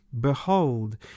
Behold